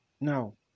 Now